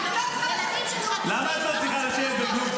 אני לא צריכה --- של חטופים --- למה את לא צריכה לשבת בכלוב,